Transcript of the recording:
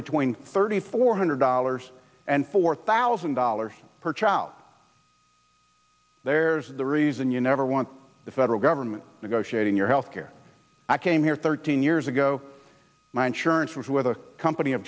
between thirty four hundred dollars and four thousand dollars per child there's the reason you never want the federal government negotiating your health care i came here thirteen years ago my insurance was with a company